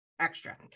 extra